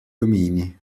domini